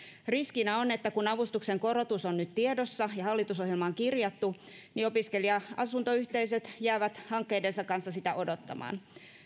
riskinä on että kun avustuksen korotus on nyt tiedossa ja hallitusohjelmaan kirjattu opiskelija asuntoyhteisöt jäävät hankkeidensa kanssa sitä odottamaan